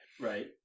right